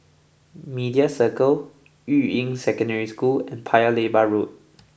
Media Circle Yuying Secondary School and Paya Lebar Road